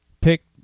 pick